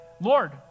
Lord